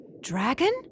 Dragon